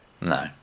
no